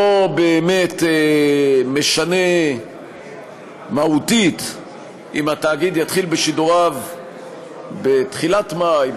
לא באמת משנה מהותית אם התאגיד יתחיל בשידוריו בתחילת מאי,